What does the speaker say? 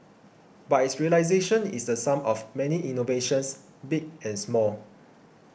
but its realisation is the sum of many innovations big and small